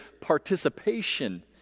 participation